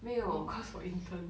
没有 cause 我 intern